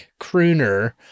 crooner